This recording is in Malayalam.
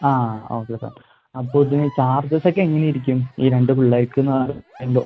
ആ ഓക്കെ സാർ അപ്പം ഇതിന് ചാർജസ് ഒക്കെ എങ്ങനെ ഇരിക്കും ഈ രണ്ട് പിള്ളേർക്ക് എന്നാലും എന്തോ